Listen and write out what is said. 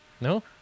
No